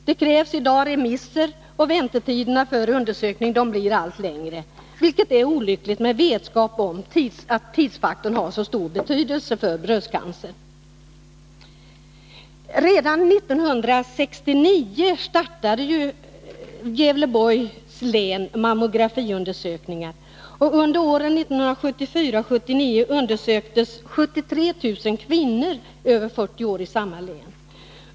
Det krävs i dag remiss, och väntetiderna för undersökning blir allt längre, vilket är olyckligt med vetskap om att tidsfaktorn har så stor betydelse när det gäller bröstcancer. Redan 1969 startade man mammografiundersökningar i Gävleborgs län, och under åren 1974-1979 undersöktes 73 000 kvinnor över 40 år i samma län.